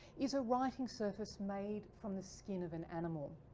is a writing surface made from the skin of an animal.